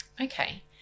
Okay